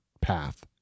path